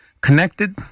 Connected